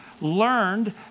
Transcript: learned